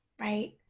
right